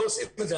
לא עושים את זה.